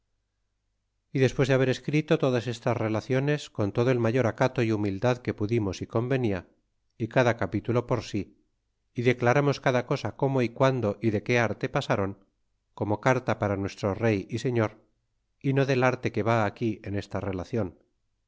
y despues de haber escrito todas estas relaciones pon todo el mayor acato y humildad que pudimos y convenia y cada capitulo por si y declaramos cada cosa cómo y qundo y de qué arte pasrtn como carta para nuestro rey y señor y no del arte que va aquí en esta relacion